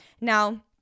Now